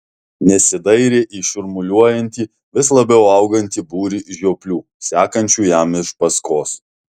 nesidairė į šurmuliuojantį vis labiau augantį būrį žioplių sekančių jam iš paskos